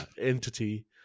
entity